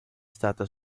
stata